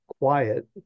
quiet